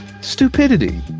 stupidity